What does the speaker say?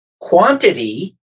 quantity